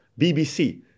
BBC